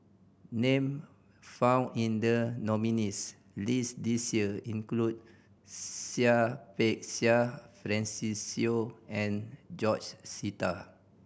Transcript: name found in the nominees' list this year include Seah Peck Seah Francis Seow and George Sita